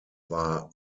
war